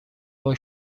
بار